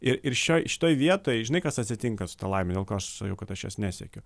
ir ir šioj šitoj vietoj žinai kas atsitinka su ta laime dėl ko aš sakiau kad aš jos nesiekiu